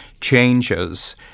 changes